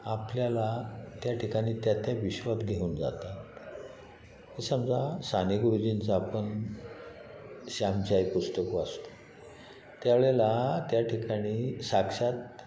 आपल्याला त्या ठिकाणी त्या त्या विश्वात घेऊन जातात समजा साने गुरुजींचा आपण श्यामची आई पुस्तक वाचतो त्यावेळेला त्या ठिकाणी साक्षात